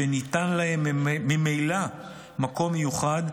שניתן להם ממילא מקום מיוחד,